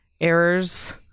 errors